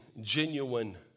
genuine